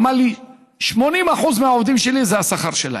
אמר לי: 80% מהעובדים שלי זה השכר שלהם.